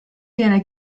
viene